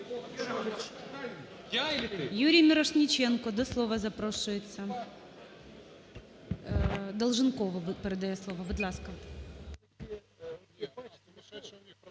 Юрій Мірошниченко до слова запрошується. Долженкову передає слово. Будь ласка.